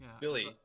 Billy